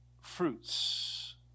fruits